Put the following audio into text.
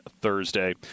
Thursday